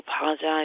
apologize